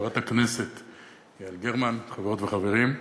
חברת הכנסת יעל גרמן, חברות וחברים,